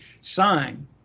sign